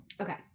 Okay